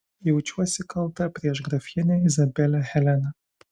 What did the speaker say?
jaučiuosi kalta prieš grafienę izabelę heleną